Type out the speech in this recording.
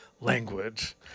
language